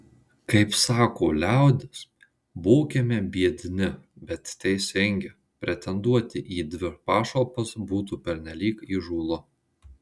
kaip sako liaudis būkime biedni bet teisingi pretenduoti į dvi pašalpas būtų pernelyg įžūlu